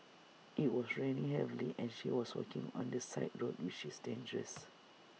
IT was raining heavily and she was walking on the side road which is dangerous